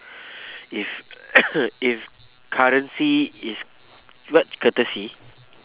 if if currency is what courtesy